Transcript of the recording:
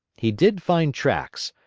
he did find tracks,